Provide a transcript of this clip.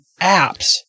apps